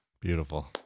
Beautiful